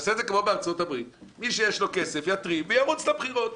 נעשה את זה כמו בארצות הברית מי שיש לו כסף יתרים וירוץ לבחירות.